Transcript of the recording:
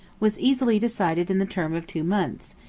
was easily decided in the term of two months,